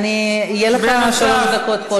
ראייה כוללת.